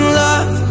love